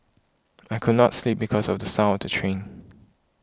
I could not sleep because of the sound of the train